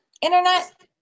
Internet